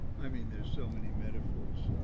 i mean, there's so many metaphors.